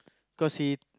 because he